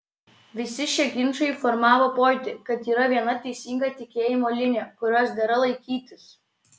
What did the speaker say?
visi šie ginčai formavo pojūtį kad yra viena teisinga tikėjimo linija kurios dera laikytis